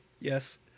Yes